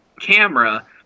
camera